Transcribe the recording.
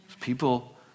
People